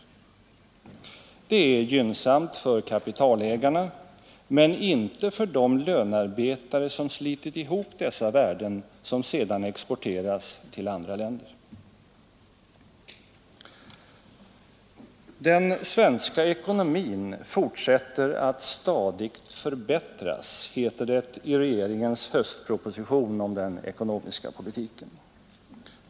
Det är gynnsamt för kapitalägarna men inte för de lönearbetare som slitit ihop dessa värden som senare exporteras till andra länder. ”Den svenska ekonomin fortsätter att stadigt förbättras”, heter det i regeringens höstproposition om den ekonomiska politiken.